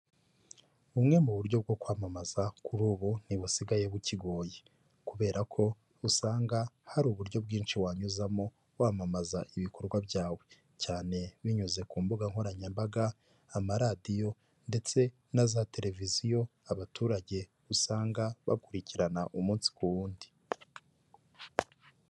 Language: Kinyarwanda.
Bumwe mu buryo bwo kwamamaza kuri ubu, ntibusigaye bukigoye. Kubera ko usanga hari uburyo bwinshi ushobora kunyuzamo kwamamaza ibikorwa byawe, cyane cyane binyuze ku mbuga nkoranyambaga, amaradiyo, ndetse na za televiziyo. Abaturage usanga babikurikirana umunsi ku wundi.